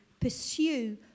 Pursue